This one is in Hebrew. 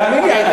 תאמין לי,